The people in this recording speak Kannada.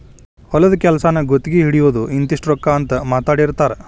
ಹೊಲದ ಕೆಲಸಾನ ಗುತಗಿ ಹಿಡಿಯುದು ಇಂತಿಷ್ಟ ರೊಕ್ಕಾ ಅಂತ ಮಾತಾಡಿರತಾರ